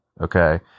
Okay